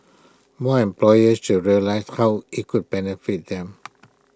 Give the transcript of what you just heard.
more employers should realise how IT could benefit them